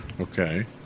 Okay